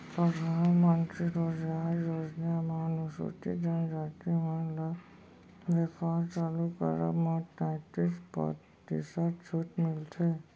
परधानमंतरी रोजगार योजना म अनुसूचित जनजाति मन ल बेपार चालू करब म तैतीस परतिसत छूट मिलथे